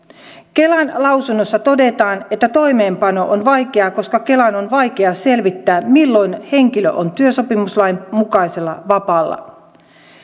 kelan lausunnossa todetaan että toimeenpano on vaikeaa koska kelan on vaikea selvittää milloin henkilö on työsopimuslain mukaisella vapaalla